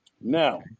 Now